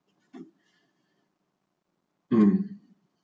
um